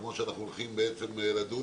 כמו שאנחנו הולכים בעצם לדון